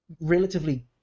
relatively